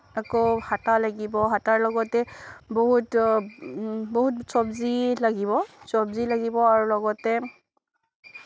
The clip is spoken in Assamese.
আকৌ হেতা লাগিব হেতাৰ লগতে বহুত বহুত চব্জি লাগিব চব্জি লাগিব আৰু লগতে